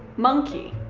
monkey.